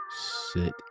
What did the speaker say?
sit